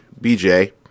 BJ